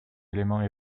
éléments